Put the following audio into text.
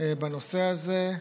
בנושא הזה,